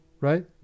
right